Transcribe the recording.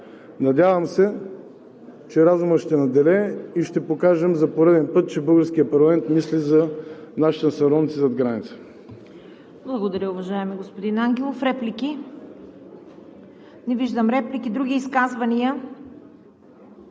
Надявам се, че разумът ще надделее и ще покажем за пореден път, че българският парламент мисли за нашите сънародници зад граница.